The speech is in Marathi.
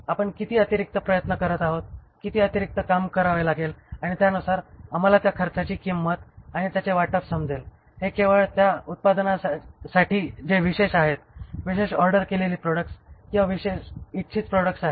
आपण किती अतिरिक्त प्रयत्न करत आहोत किती अतिरिक्त काम करावे लागेल आणि त्यानुसार आम्हाला त्या खर्चाची किंमत आणि आणि त्याचे वाटप समजेल हे केवळ त्या उत्पादनांसाठी जे विशेष आहेत विशेष ऑर्डर केलेली प्रॉडक्ट्स आणि विशेष इच्छित प्रॉडक्ट्स आहेत